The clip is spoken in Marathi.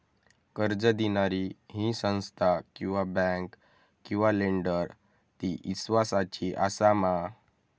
कर्ज दिणारी ही संस्था किवा बँक किवा लेंडर ती इस्वासाची आसा मा?